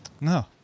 No